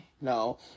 no